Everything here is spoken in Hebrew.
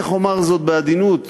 איך אומר זאת בעדינות,